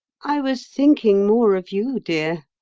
i was thinking more of you, dear,